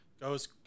goes